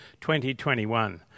2021